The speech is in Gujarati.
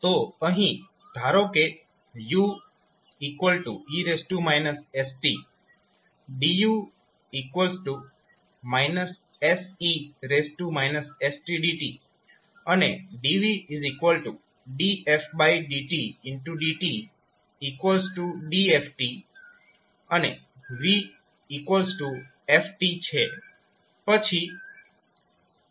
તો અહીં ધારો કે ue st du se stdt અને dv dfdt dt dfvf છે